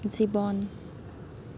জীৱন